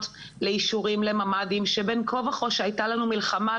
לאישורים לממ"דים שבין כה וכה כשהייתה לנו מלחמה,